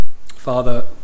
Father